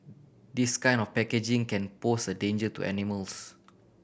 this kind of packaging can pose a danger to animals